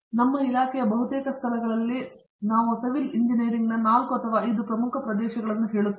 ಸರಿ ನಮ್ಮ ಇಲಾಖೆಯ ಬಹುತೇಕ ಸ್ಥಳಗಳಲ್ಲಿ ನಾವು ಸಿವಿಲ್ ಇಂಜಿನಿಯರಿಂಗ್ನ 4 ಅಥವಾ 5 ಪ್ರಮುಖ ಪ್ರದೇಶಗಳನ್ನು ಹೇಳುತ್ತೇವೆ